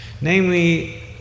namely